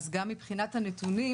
אז גם מבחינת הנתונים,